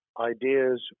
ideas